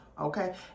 okay